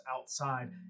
outside